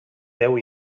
deu